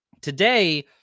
Today